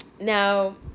Now